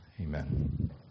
Amen